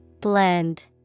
Blend